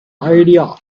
idea